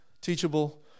teachable